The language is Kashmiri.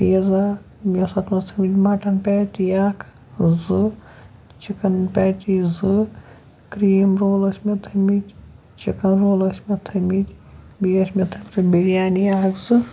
پیٖزا بیٚیہِ اوس اَتھ منٛز تھٔومٕتۍ مَٹَن پیتی اَکھ زٕ چِکَن پیتی زٕ کِرٛیٖم رول ٲسۍ مےٚ تھٔومٕتۍ چِکَن رول ٲسۍ مےٚ تھٔومٕتۍ بیٚیہِ آسہٕ مےٚ تھَوِمَژٕ بِریانی اَکھ زٕ